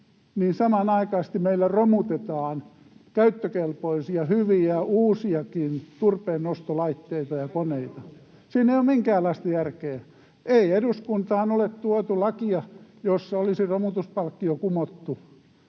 niin samanaikaisesti meillä romutetaan käyttökelpoisia, hyviä, uusiakin turpeennostolaitteita ja -koneita. [Tuomas Kettusen välihuuto] Siinä ei ole minkäänlaista järkeä. Ei eduskuntaan ole tuotu lakia, jossa olisi romutuspalkkio kumottu.